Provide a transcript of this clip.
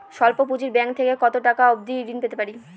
স্বল্প পুঁজির ব্যাংক থেকে কত টাকা অবধি ঋণ পেতে পারি?